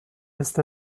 ist